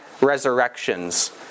resurrections